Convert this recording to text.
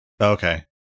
Okay